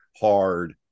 hard